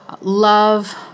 love